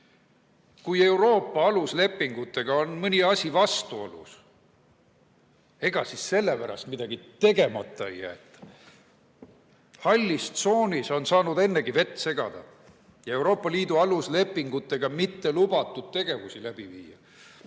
Kui Euroopa aluslepingutega on mõni asi vastuolus, ega siis sellepärast midagi tegemata ei jäeta. Hallis tsoonis on saanud ennegi vett segada ja Euroopa Liidu aluslepingutega mitte lubatud tegevusi läbi viia.